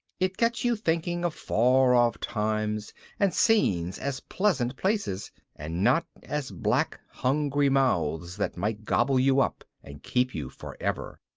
it gets you thinking of far-off times and scenes as pleasant places and not as black hungry mouths that might gobble you up and keep you forever.